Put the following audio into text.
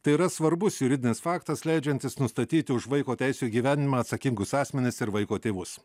tai yra svarbus juridinis faktas leidžiantis nustatyti už vaiko teisių įgyvendinimą atsakingus asmenis ir vaiko tėvus